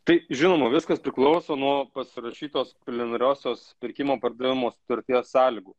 tai žinoma viskas priklauso nuo pasirašytos preliminariosios pirkimo pardavimo sutarties sąlygų